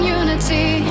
unity